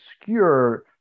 obscure